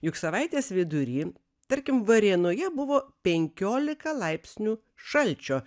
juk savaitės vidury tarkim varėnoje buvo penkiolika laipsnių šalčio